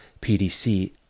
PDC